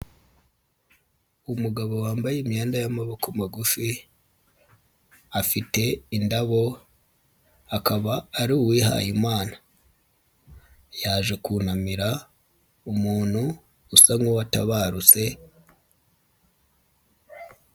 Umugabo wambaye imyenda y'amaboko magufi, afite indabo akaba ari uwihayimana, yaje kunamira umuntu usa nk'uwatabarutse.